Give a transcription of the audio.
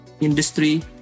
industry